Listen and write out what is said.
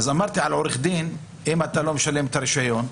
אמרתי על עורך דין, אם אתה לא משלם את הרישיון,